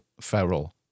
Ferrell